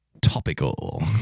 Topical